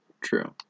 true